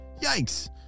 Yikes